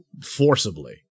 forcibly